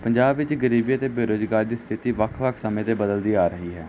ਪੰਜਾਬ ਵਿੱਚ ਗਰੀਬੀ ਅਤੇ ਬੇਰੁਜ਼ਗਾਰ ਦੀ ਸਥਿਤੀ ਵੱਖ ਵੱਖ ਸਮੇਂ 'ਤੇ ਬਦਲਦੀ ਆ ਰਹੀ ਹੈ